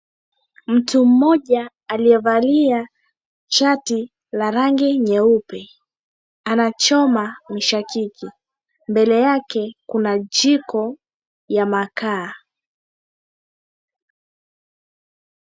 Mtu mmoja aliyevalia shati la rangi nyeupe anachoma mishakiki. Mbele yake kuna jiko ya makaa.